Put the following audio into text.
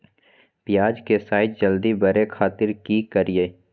प्याज के साइज जल्दी बड़े खातिर की करियय?